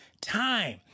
Time